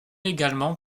également